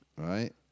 right